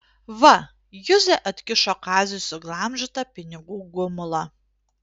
va juzė atkišo kaziui suglamžytą pinigų gumulą